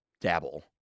Dabble